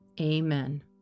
Amen